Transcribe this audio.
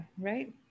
right